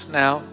now